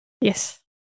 Yes